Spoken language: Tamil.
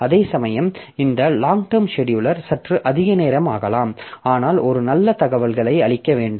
அதேசமயம் இந்த லாங் டெர்ம் செடியூலர் சற்று அதிக நேரம் ஆகலாம் ஆனால் ஒரு நல்ல கலவையை அளிக்க வேண்டும்